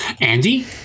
Andy